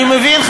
אני מבין,